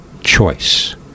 choice